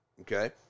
okay